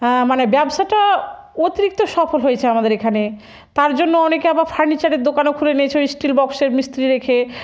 মানে ব্যবসাটা অতিরিক্ত সফল হয়েছে আমাদের এখানে তার জন্য অনেকে আবার ফার্নিচারের দোকানও খুলে নিয়েছে ওই স্টিল বক্সের মিস্ত্রি রেখে